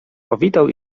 powitał